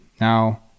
now